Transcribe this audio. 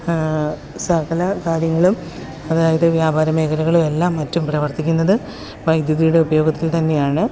സകല കാര്യങ്ങളും അതായത് വ്യാപാര മേഖലകളുമെല്ലാം മറ്റും പ്രവർത്തിക്കുന്നത് വൈദ്യുതിയുടെ ഉപയോഗത്തിൽ തന്നെയാണ്